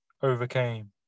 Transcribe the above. overcame